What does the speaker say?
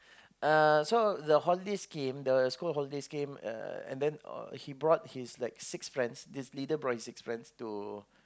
uh so the holidays came the school holidays came uh and then he brought his like six friends this leader brought like six friends to